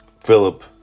Philip